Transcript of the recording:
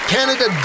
Canada